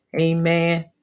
Amen